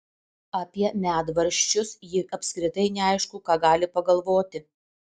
apie medvaržčius ji apskritai neaišku ką gali pagalvoti